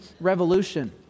Revolution